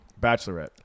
Bachelorette